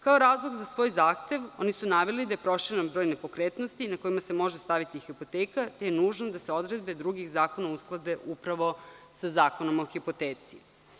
Kao razlog za svoj zahtev, oni su naveli da je proširen broj nepokretnosti na kojima se može staviti hipoteka i nužno da se odredbe drugih zakona uskladi sa Zakonom o hipoteci.